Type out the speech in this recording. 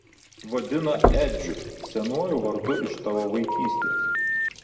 vadina edžiu senuoju vardu iš tavo vaikystės